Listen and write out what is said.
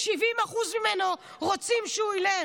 70% מהם רוצים שהוא ילך.